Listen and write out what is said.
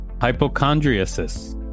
Hypochondriasis